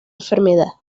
enfermedad